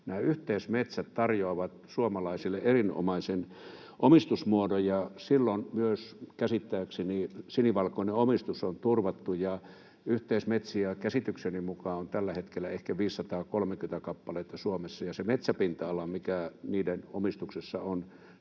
nämä yhteismetsät tarjoavat suomalaisille erinomaisen omistusmuodon, ja silloin käsittääkseni myös sinivalkoinen omistus on turvattu. Yhteismetsiä käsitykseni mukaan on tällä hetkellä ehkä 530 kappaletta Suomessa. Se metsäpinta-ala, mikä niiden omistuksessa on,